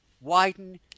widen